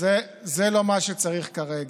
זה לא מה שצריך כרגע.